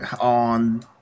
on